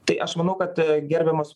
tai aš manau kad gerbiamas